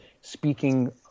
speaking